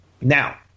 Now